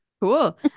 Cool